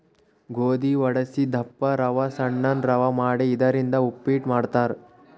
ಗೋಧಿ ವಡಸಿ ದಪ್ಪ ರವಾ ಸಣ್ಣನ್ ರವಾ ಮಾಡಿ ಇದರಿಂದ ಉಪ್ಪಿಟ್ ಮಾಡ್ತಾರ್